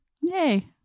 Yay